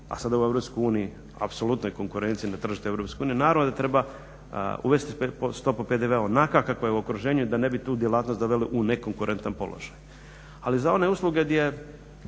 a sad u EU apsolutno je konkurencija na tržištu EU naravno da treba uvesti stopu PDV-a onakva kakva je u okruženju da ne bi tu djelatnost doveli u nekonkurentan položaj. Ali za one usluge gdje